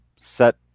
set